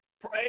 Pray